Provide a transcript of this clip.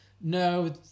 No